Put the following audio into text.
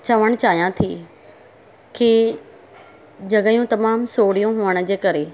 चवणु चाहियां थी जॻहियूं तमामु सोड़ियूं हुअण जे करे